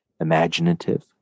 imaginative